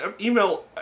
email